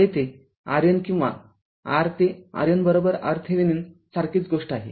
पुढे ते RN किंवा R ते RN RThevenin सारखीच गोष्ट आहे